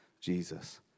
Jesus